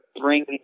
bring